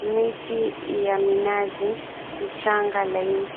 miti ya minazi, mchanga laini.